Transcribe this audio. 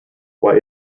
why